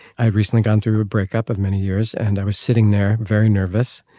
i've recently gone through a breakup of many years and i was sitting there very nervous.